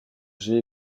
j’ai